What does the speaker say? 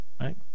Right